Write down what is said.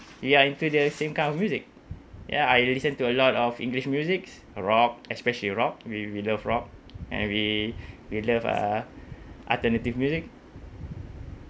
we are into the same kind of music ya I listen to a lot of english musics rock especially rock we we love rock and we we love uh alternative music